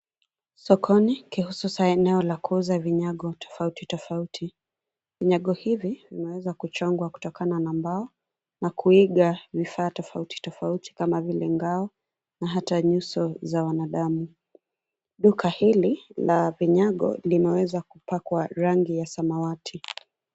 Sokoni, kihususa eneo la kuuza vinyago tofauti tofauti, vinyago hivi vimeweza kuchongwa kutokana na mbao, na kuiga vifaa tofauti tofauti kama vile ngao, na hata nyuso za wanadamu, duka hili, la vinyago limeweza kupakwa rangi ya samawati.